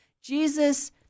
Jesus